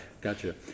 Gotcha